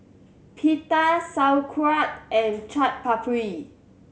Pita Sauerkraut and Chaat Papri